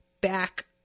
back